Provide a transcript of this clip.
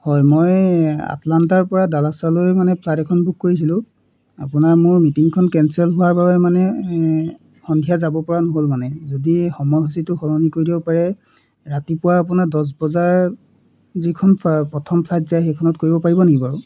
হয় মই আটলাণ্টাৰ পৰা ডালাচলৈ মানে ফ্লাইট এখন বুক কৰিছিলোঁ আপোনাৰ মোৰ মিটিংখন কেঞ্চেল হোৱাৰ বাবে মানে সন্ধিয়া যাব পৰা নহ'ল মানে যদি সময়সূচীটো সলনি কৰি দিব পাৰে ৰাতিপুৱা আপোনাৰ দহ বজাৰ যিখন প প্ৰথম ফ্লাইট যায় সেইখনত কৰিব পাৰিব নেকি বাৰু